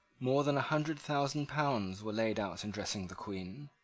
more than a hundred thousand pounds were laid out in dressing the queen,